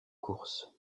courses